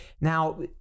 Now